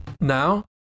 now